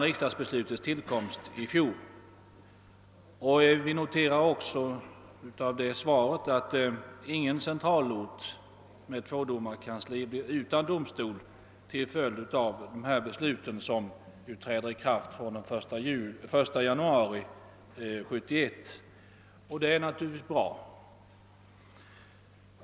Ingen centralort som har kansli för domstol med minst två domare blir till följd av dessa beslut utan domstol, och det är naturligtvis bra.